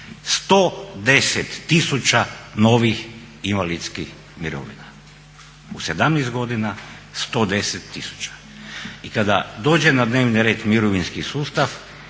110 000 novih invalidskih mirovina, u 17 godina 110 000. I kada dođe na dnevni red mirovinski sustav